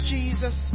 Jesus